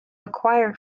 acquire